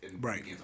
Right